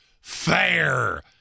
fair